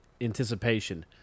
anticipation